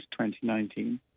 2019